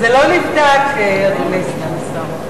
זה לא נבדק, אדוני סגן השר.